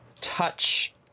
touch